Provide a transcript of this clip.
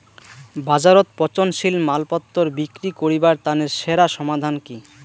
বাজারত পচনশীল মালপত্তর বিক্রি করিবার তানে সেরা সমাধান কি?